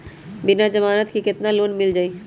बिना जमानत के केतना लोन मिल जाइ?